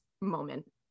moment